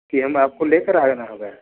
कि हम आपको लेकर आ आना होगा